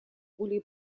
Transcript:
более